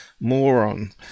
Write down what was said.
Moron